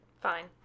Fine